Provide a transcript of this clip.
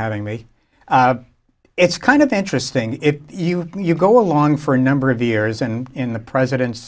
having me it's kind of interesting if you you go along for a number of years and in the president's